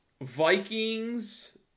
vikings